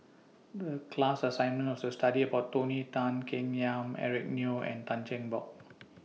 The class assignment was to study about Tony Tan Keng Yam Eric Neo and Tan Cheng Bock